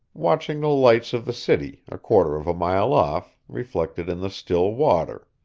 watching the lights of the city, a quarter of a mile off, reflected in the still water.